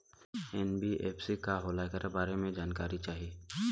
NBFC का होला ऐकरा बारे मे जानकारी चाही?